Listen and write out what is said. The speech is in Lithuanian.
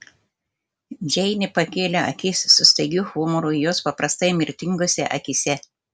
džeinė pakėlė akis su staigiu humoru jos paprastai mirtingose akyse